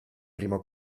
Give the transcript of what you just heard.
primo